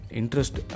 interest